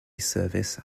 service